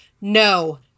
no